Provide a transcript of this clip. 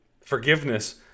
forgiveness